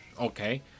Okay